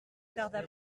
tarda